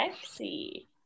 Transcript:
Sexy